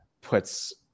puts